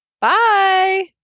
Bye